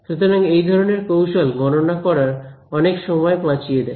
সুতরাং এই ধরনের কৌশল গণনা করার অনেক সময় বাঁচিয়ে দেয়